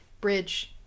bridge